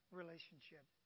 relationship